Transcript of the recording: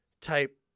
type